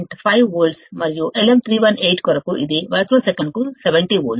5 వోల్ట్లు ఉంటుందిమరియు LM318 కొరకు ఇది మైక్రో సెకను కు 70 వోల్ట్లు